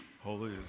Holy